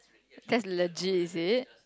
that's legit is it